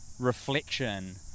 reflection